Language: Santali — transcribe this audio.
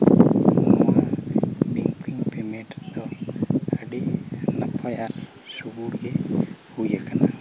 ᱱᱚᱣᱟ ᱵᱮᱝᱠᱤᱝ ᱯᱮᱢᱮᱱᱴ ᱫᱚ ᱟᱹᱰᱤ ᱱᱟᱯᱟᱭᱟ ᱟᱨ ᱥᱩᱜᱩᱲᱜᱮ ᱦᱩᱭᱟᱠᱟᱱᱟ